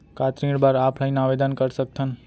का ऋण बर ऑफलाइन आवेदन कर सकथन?